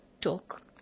talk